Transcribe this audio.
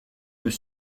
peut